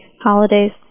holidays